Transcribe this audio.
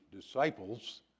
disciples